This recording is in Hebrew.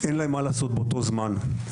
אין מה לעשות באותו הזמן.